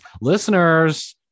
listeners